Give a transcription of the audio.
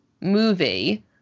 movie